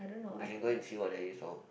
we can go and see what there is lor